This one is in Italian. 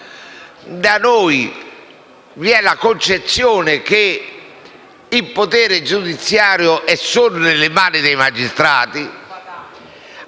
Da noi vi è la concezione che il potere giudiziario è solo nelle mani dei magistrati,